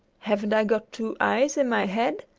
haven't i got two eyes in my head,